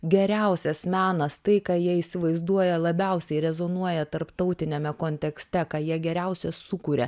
geriausias menas tai ką jie įsivaizduoja labiausiai rezonuoja tarptautiniame kontekste ką jie geriausia sukuria